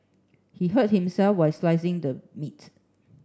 he hurt himself while slicing the meat